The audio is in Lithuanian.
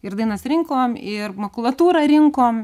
ir dainas rinkom ir makulatūrą rinkom